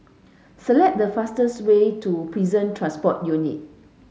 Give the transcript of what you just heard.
select the fastest way to Prison Transport Unit